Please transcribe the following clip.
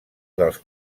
dels